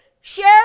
Share